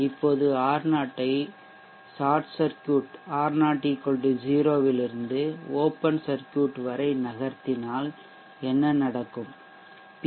இப்போது R0 ஐ short circuit R0 0 இலிருந்து ஓப்பன் சர்க்யூட் வரை நகர்த்தினால் என்ன நடக்கும் பி